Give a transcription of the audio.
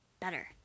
better